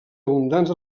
abundants